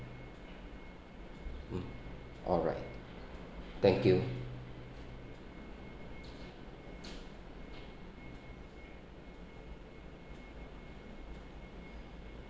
mm alright thank you